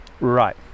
Right